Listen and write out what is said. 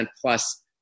plus